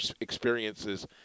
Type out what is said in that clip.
experiences